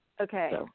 Okay